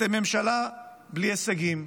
אתם ממשלה בלי הישגים.